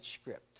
script